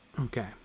Okay